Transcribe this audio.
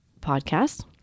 podcast